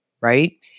right